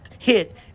hit